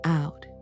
out